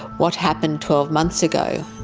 what happened twelve months ago?